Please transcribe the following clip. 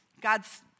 God's